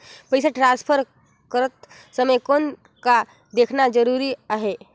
पइसा ट्रांसफर करत समय कौन का देखना ज़रूरी आहे?